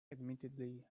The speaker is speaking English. admittedly